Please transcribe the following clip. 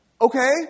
Okay